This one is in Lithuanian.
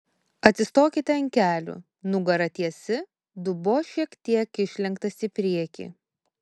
atsistokite ant kelių nugara tiesi dubuo šiek tiek išlenktas į priekį